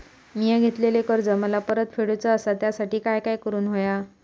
मिया घेतलेले कर्ज मला परत फेडूचा असा त्यासाठी काय काय करून होया?